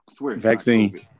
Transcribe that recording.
vaccine